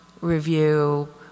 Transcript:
review